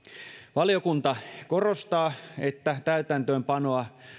valiokunta korostaa että täytäntöönpanoa